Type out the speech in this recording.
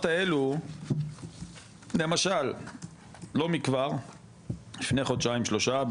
האלו למשל לא מכבר לפני חודשיים שלושה,